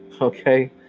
Okay